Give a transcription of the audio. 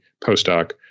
postdoc